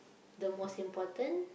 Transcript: the most important